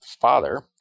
father